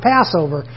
Passover